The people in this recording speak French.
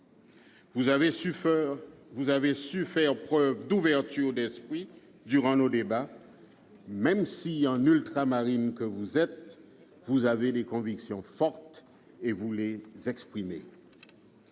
Vous avez su faire preuve d'ouverture d'esprit durant nos débats, même si, en Ultramarine que vous êtes, vous avez des convictions fortes et vous les exprimez